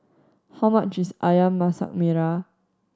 how much is Ayam Masak Merah